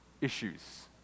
issues